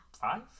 five